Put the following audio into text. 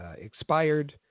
expired